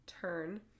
turn